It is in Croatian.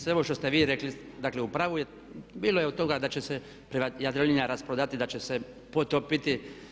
Sve ovo što ste vi rekli, dakle u pravu je, bilo je od toga da će se Jadrolinija rasprodati, da će se potopiti.